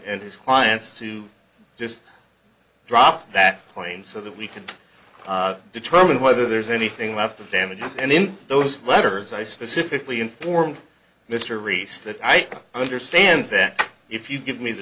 and his clients to just drop that plane so that we can determine whether there's anything left of damages and in those letters i specifically informed mr reese that i understand that if you give me the